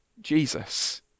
Jesus